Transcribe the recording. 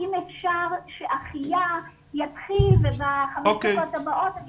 אם אפשר שאחיה יתחיל ובחמש דקות הבאות אני